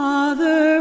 Father